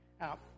Now